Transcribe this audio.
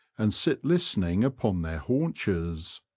and sit listening upon their haunches.